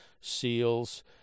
seals